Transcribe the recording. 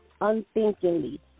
unthinkingly